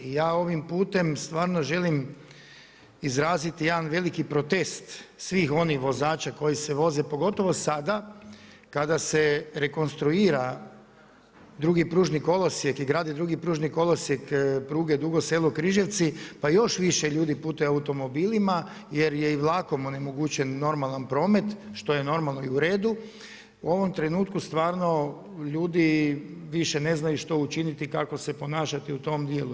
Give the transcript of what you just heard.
I ja ovim putem stvarno želim izraziti jedan veliki protest svih onih vozača koji se vode pogotovo sada, kada se rekonstruira drugi pružni kolosijek i gradi drugi pružni kolosijek pruge Dugo Selo-Križevci pa još više ljudi putuju automobilima jer je i vlakom onemogućen normalan promet, što je normalno i uredu, u ovom trenutku stvarno ljudi više ne znaju što učiniti kako se ponašati u tom dijelu.